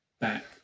back